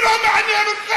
ואתם מדברים ולא מעניין אתכם.